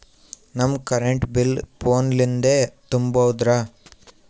ನಮ್ current bill ಫೋನ ಲಿಂದೇ ತುಂಬೌದ್ರಾ?